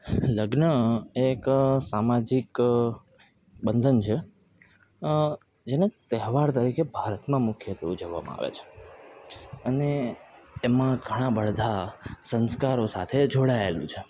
લગ્ન એક સામાજિક બંધન છે જેને તહેવાર તરીકે ભારતમાં મુખ્યત્વે ઉજવવામાં આવે છે અને એમાં ઘણા બધા સંસ્કારો સાથે જોડાએલું છે